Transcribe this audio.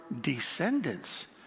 descendants